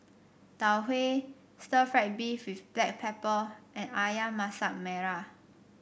Tau Huay Stir Fried Beef with Black Pepper and ayam Masak Merah